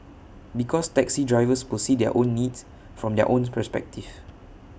because taxi drivers will see their own needs from their owns perspective